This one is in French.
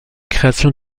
création